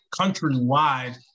countrywide